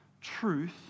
Truth